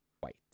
white